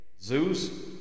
Zeus